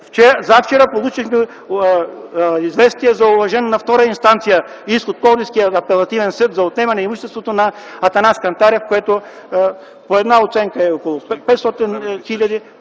Завчера получихме известие за уважен иск на втора инстанция от Пловдивския апелативен съд за отнемане на имуществото на Атанас Кантарев, което по една оценка е 500 хил.